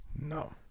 No